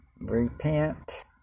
repent